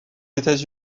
états